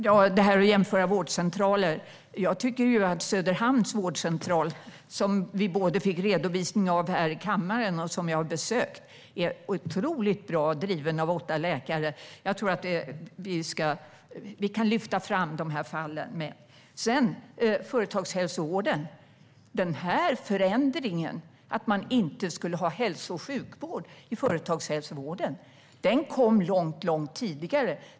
Fru talman! Man jämför vårdcentraler. Jag tycker att Söderhamns vårdcentral, som vi har fått en redovisning av här i kammaren och som jag har besökt, är otroligt bra driven av åtta läkare. Vi kan lyfta fram de här fallen. Sedan gäller det företagshälsovården. Förändringen, att man inte skulle ha hälso och sjukvård i företagshälsovården, kom långt tidigare.